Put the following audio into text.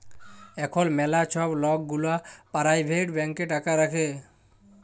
এখল ম্যালা ছব লক গুলা পারাইভেট ব্যাংকে টাকা রাখে